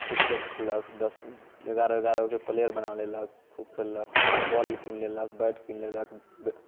cricket खेललक दस एगारह एगारह गो के प्लेयर बना लेलक खूब खेललक बॉल कीन लेलक बैट कीन लेलक